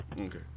Okay